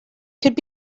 could